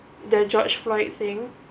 the george floyd thing